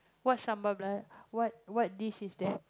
what's what what dish is that